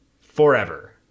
forever